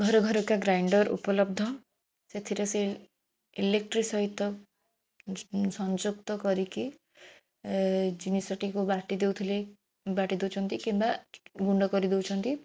ଘରେଘରେ କା ଗ୍ରାଇଣ୍ଡର ଉପଲବ୍ଧ ସେଥିରେ ସେ ଇଲେକ୍ଟ୍ରି ସହିତ ସଂଯୁକ୍ତ କରିକି ଜିନିଷଟି କି ବାଟି ଦେଉଥିଲେ ବାଟି ଦେଉଛନ୍ତି କିମ୍ବା ଗୁଣ୍ଡ କରିଦେଉଛନ୍ତି